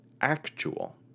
actual